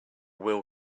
will